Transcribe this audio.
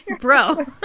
bro